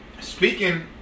speaking